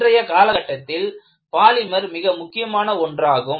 இன்றைய காலகட்டத்தில் பாலிமர் மிக முக்கியமான ஒன்றாகும்